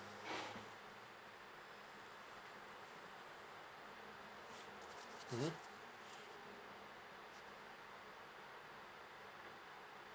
mmhmm